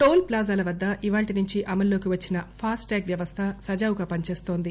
toll ప్లాజాల వద్ద ఇవాళ్టినుంచీ అమలులోకి వచ్చిన ఫాస్టాగ్ వ్యవస్థ సజావుగా పనిచేస్తోంది